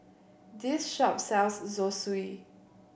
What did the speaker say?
this shop sells Zosui